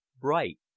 bright